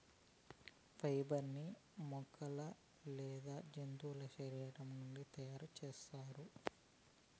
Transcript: fibre ని మొక్కలు లేదా జంతువుల శరీరం నుండి తయారు చేస్తారు